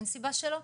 אין סיבה שלא,